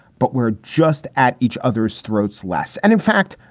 but we're just at each other's throats less. and in fact,